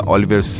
Oliver